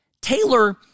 Taylor